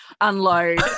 unload